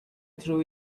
threw